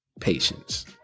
patience